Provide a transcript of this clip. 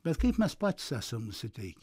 bet kaip mes patys esam nusiteikę